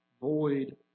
void